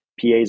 PAs